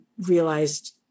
realized